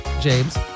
James